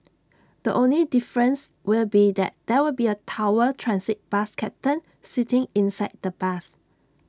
the only difference will be that there will be A tower transit bus captain sitting inside the bus